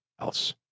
else